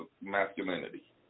masculinity